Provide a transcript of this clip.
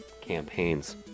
campaigns